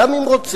גם אם רוצים.